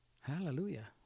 Hallelujah